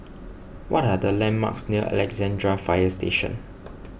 what are the landmarks near Alexandra Fire Station